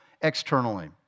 externally